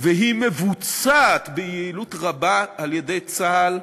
והיא מבוצעת ביעילות רבה על-ידי צה"ל,